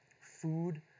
food